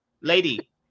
Lady